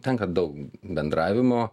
tenka daug bendravimo